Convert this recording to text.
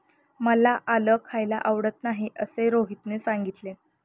मला आलं खायला आवडत नाही असे रोहितने सांगितले